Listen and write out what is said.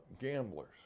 gamblers